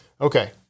Okay